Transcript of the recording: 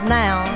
now